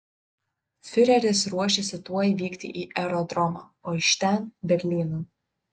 fiureris ruošėsi tuoj vykti į aerodromą o iš ten berlynan